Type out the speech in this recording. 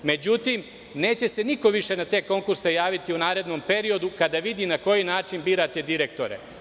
Međutim, neće se niko više na te konkurse javiti u narednom periodu kada vidi na koji način birate direktore.